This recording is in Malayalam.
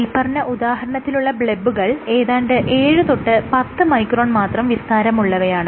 മേല്പറഞ്ഞ ഉദാഹരണത്തിലുള്ള ബ്ളെബുകൾ ഏതാണ്ട് ഏഴ് തൊട്ട് പത്ത് മൈക്രോൺ മാത്രം വിസ്താരമുള്ളവയാണ്